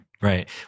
Right